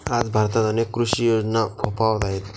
आज भारतात अनेक कृषी योजना फोफावत आहेत